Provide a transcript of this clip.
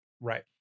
Right